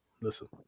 listen